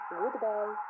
goodbye